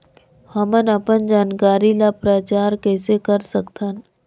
हमन अपन जानकारी ल प्रचार कइसे कर सकथन?